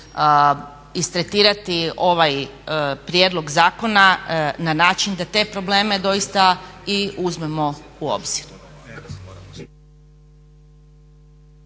istretirati ovaj prijedlog zakona na način da te probleme doista i uzmemo u obzir.